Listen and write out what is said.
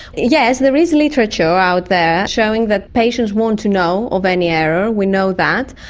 yes, there is literature out there showing that patients want to know of any error, we know that.